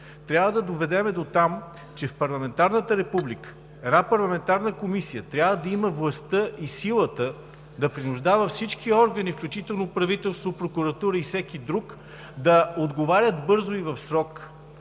трябва да доведем дотам, че в парламентарна република една парламентарна комисия трябва да има властта и силата да принуждава всички органи, включително правителство, прокуратура и всеки друг, да отговарят бързо и в срок.